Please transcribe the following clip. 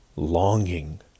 Longing